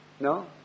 No